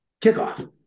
kickoff